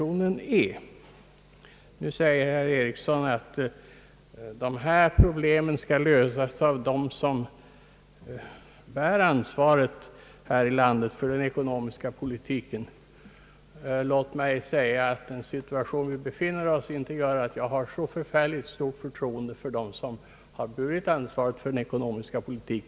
Herr Einar Eriksson framhåller att dessa problem skall lösas av dem som bär ansvaret för den ekonomiska poli tiken här i landet. Låt mig då säga, att den situation som vi nu befinner oss i inte gör att jag har så särskilt stort förtroende för dem som har burit ansvaret för landets ekonomiska politik.